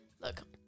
look